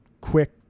quick